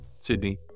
Sydney